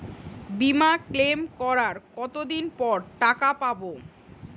বিমা ক্লেম করার কতদিন পর টাকা পাব?